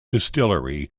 distillery